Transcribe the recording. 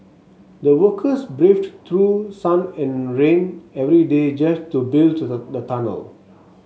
the workers braved through sun and rain every day just to build the the tunnel